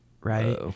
right